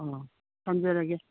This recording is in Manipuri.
ꯑꯥ ꯊꯝꯖꯔꯒꯦ